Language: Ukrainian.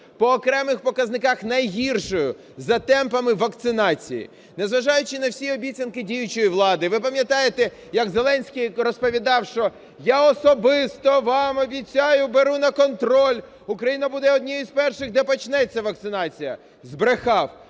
по окремих показниках, найгіршою за темпами вакцинації. Незважаючи на всі обіцянки діючої влади. Ви пам'ятаєте, як Зеленський розповідав, що я особисто вам обіцяю, беру на контроль, Україна буде однією з перших, де почнеться вакцинація. Збрехав.